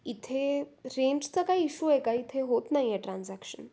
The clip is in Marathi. इथे रेंजचा काय इश्यू आहे का इथे होत नाही आहे ट्रान्झॅक्शन